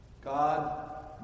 God